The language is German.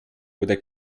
oder